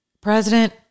President